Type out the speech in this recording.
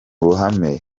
ruhame